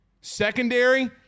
Secondary